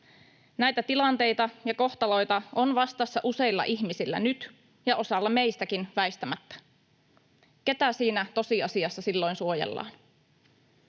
Näitä tilanteita ja kohtaloita on vastassa useilla ihmisillä nyt ja osalla meistäkin väistämättä. Ketä siinä tosiasiassa silloin suojellaan?